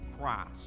Christ